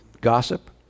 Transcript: gossip